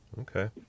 Okay